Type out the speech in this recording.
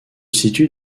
situe